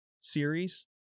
series